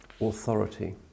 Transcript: authority